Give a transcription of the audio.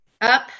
up